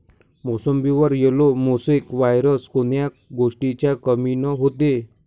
मोसंबीवर yellow mosaic virus कोन्या गोष्टीच्या कमीनं होते?